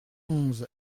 onze